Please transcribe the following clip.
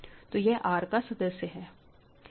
तो यह R का सदस्य है